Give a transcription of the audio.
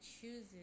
chooses